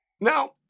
Now